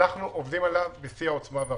ואנחנו עובדים עליו בשיא העוצמה.